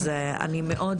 אז אני מאוד